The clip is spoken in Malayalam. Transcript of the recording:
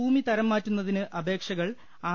ഭൂമി തരംമാറ്റുന്നതിന് അപേക്ഷകൾ ആർ